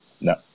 no